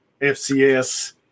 FCS